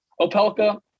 Opelka